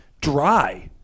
dry